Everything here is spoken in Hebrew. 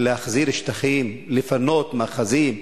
להחזיר שטחים, לפנות מאחזים,